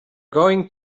going